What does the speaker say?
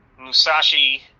Musashi